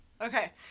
Okay